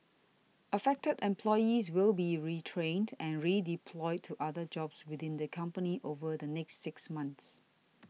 affected employees will be retrained and redeployed to other jobs within the company over the next six months